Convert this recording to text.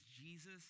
Jesus